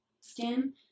skin